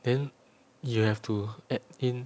then you have to add in